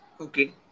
Okay